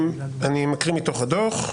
אני קורא מתוך הדוח: